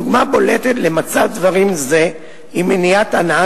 דוגמה בולטת למצב דברים זה היא מניעת הנאה